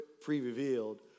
pre-revealed